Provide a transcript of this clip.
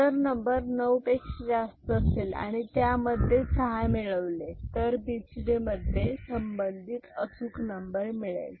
जर नंबर 9 पेक्षा जास्त असेल आणि त्यामध्ये सहा मिळवले तर बीसीडी मध्ये संबंधित अचूक नंबर मिळेल